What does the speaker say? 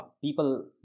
People